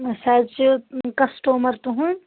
أسۍ حظ چھِ کَسٹٕمَر تُہُنٛد